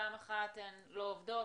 פעם אחת הן לא עובדות,